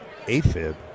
AFib